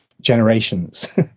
generations